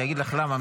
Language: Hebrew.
אני אגיד לך למה,